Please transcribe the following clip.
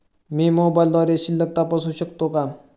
मी मोबाइलद्वारे शिल्लक तपासू शकते का?